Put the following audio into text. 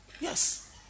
Yes